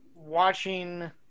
watching